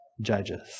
judges